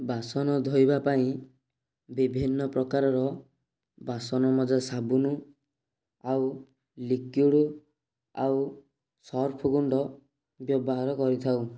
ବାସନ ଧୋଇବା ପାଇଁ ବିଭିନ୍ନ ପ୍ରକାରର ବାସନ ମଜା ସାବୁନ ଆଉ ଲିକ୍ୱିଡ଼ ଆଉ ସର୍ଫ ଗୁଣ୍ଡ ବ୍ୟବହାର କରିଥାଉ